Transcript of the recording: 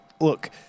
look